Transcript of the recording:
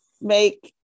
make